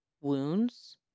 wounds